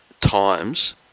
times